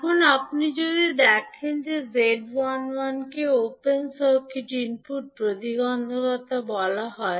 এখন আপনি যদি দেখেন যে 𝐳11 কে ওপেন সার্কিট ইনপুট প্রতিবন্ধকতা বলা হয়